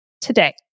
today